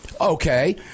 Okay